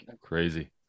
crazy